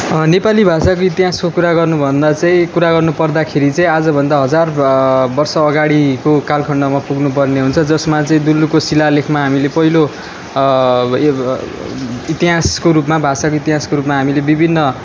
नेपाली भाषाको इतिहासको कुरा गर्नु भन्दा चाहिँ कुरा गर्नु पर्दाखेरि चै आजभन्दा हजार वर्ष अगाडिको कालखण्डमा पुग्नपर्ने हुन्छ जसमा चाहिँ दुल्लुको शिलालेखमा हामीले पहिलो इतिहासको रूपमा भाषाको इतिहासको रूपमा हामीले विभिन्न